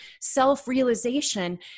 self-realization